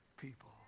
people